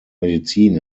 medizin